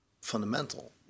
fundamental